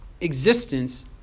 existence